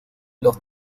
los